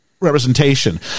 representation